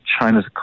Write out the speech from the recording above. China's